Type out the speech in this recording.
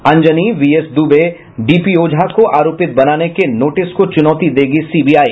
Anjani VS Dubey DP Ojha को आरोपित बनाने के नोटिस को चुनौती देगी सीबीआई